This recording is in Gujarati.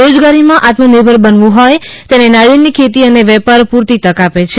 રોજગારીમાં આત્મનિર્ભર બનવું હોય તેને નારિયેળની ખેતી અને વેપાર પૂરતી તક આપે છે